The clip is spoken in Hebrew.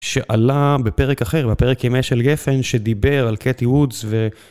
שעלה בפרק אחר, בפרק ימיה של גפן, שדיבר על קאת'י וודס ו...